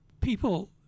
people